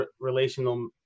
Relational